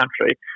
country